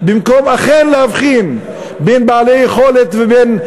במקום אכן להבחין בין בעלי יכולת ובין,